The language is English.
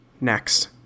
Next